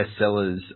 bestsellers